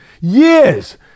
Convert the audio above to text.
Years